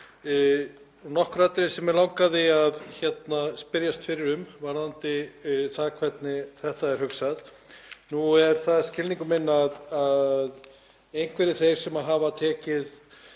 Nokkur atriði sem mig langaði að spyrjast fyrir um varðandi það hvernig þetta er hugsað. Nú er það skilningur minn að einhverjir þeir sem hafa tekið